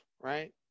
right